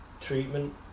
treatment